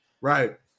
Right